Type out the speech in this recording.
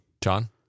John